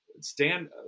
stand